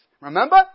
Remember